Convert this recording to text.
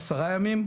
עשרה ימים,